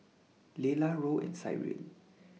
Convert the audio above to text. Layla Roe and Cyril